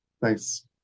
thanks